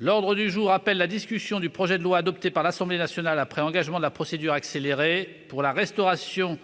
L'ordre du jour appelle la discussion du projet de loi, adopté par l'Assemblée nationale après engagement de la procédure accélérée, pour la conservation